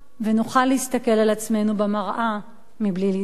ונוכל להסתכל על עצמנו במראה בלי להתבייש.